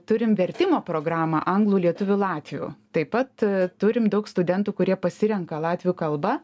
turim vertimo programą anglų lietuvių latvių taip pat turim daug studentų kurie pasirenka latvių kalbą